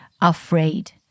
afraid